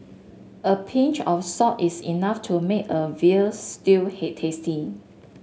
a pinch of salt is enough to make a veal stew he tasty